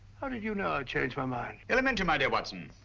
how did you know i'd changed my mind? elementary, my dear watson.